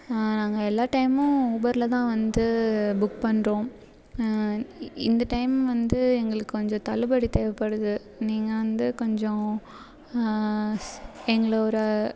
நாங்கள் எல்லா டைமும் ஊபரில் தான் வந்து புக் பண்ணுறோம் இந்த டைம் வந்து எங்களுக்கு கொஞ்சம் தள்ளுபடி தேவைப்படுது நீங்கள் வந்து கொஞ்சம் எங்களை ஒரு